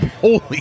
Holy